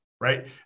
right